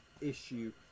issue